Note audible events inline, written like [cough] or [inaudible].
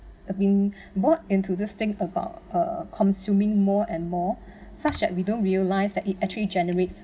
have been [breath] bought into this thing about uh consuming more and more such that we don't realize that it actually generates